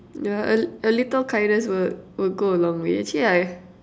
yeah a a little kindness would would go a long way actually I